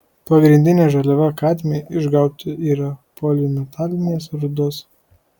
pagrindinė žaliava kadmiui išgauti yra polimetalinės rūdos